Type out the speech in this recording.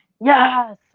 Yes